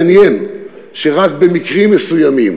מעניין שרק במקרים מסוימים